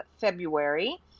February